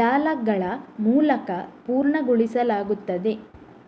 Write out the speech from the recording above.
ಜಾಲಗಳಮೂಲಕ ಪೂರ್ಣಗೊಳಿಸಲಾಗುತ್ತದೆ